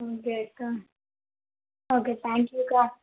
okay అక్క okay thank యూక్కా